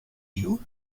you